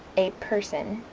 a person